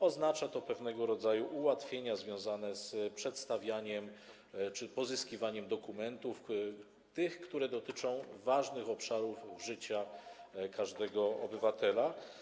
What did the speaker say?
Oznacza to pewnego rodzaju ułatwienia związane z przedstawianiem czy pozyskiwaniem tych dokumentów, które dotyczą ważnych obszarów życia każdego obywatela.